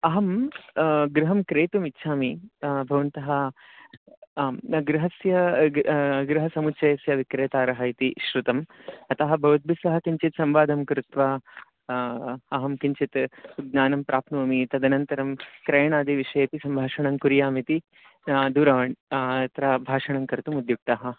अहं गृहं क्रेतुमिच्छामि भवन्तः आं गृहस्य गृ गृहसमुच्चयस्य विक्रेतारः इति श्रुतम् अतः भवद्भिस्सह किञ्चित् संवादं कृत्वा अहं किञ्चित् ज्ञानं प्राप्नोमि तदनन्तरं क्रयणादिविषयेपि सम्भाषणं कुर्यामिति दूरवाणी अत्र भाषणं कर्तुम् उद्युक्तः